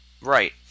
Right